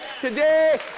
today